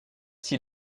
s’il